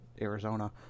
arizona